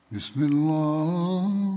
Bismillah